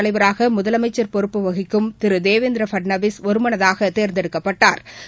தலைவராகமுதலமைச்ச் பொறுப்பு வகிக்கும் திரு தேவேந்திரபட்னாவிஸ் ஒருமனதாகதேர்ந்தெடுக்கப்பட்டாா்